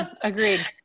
Agreed